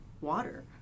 water